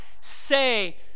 say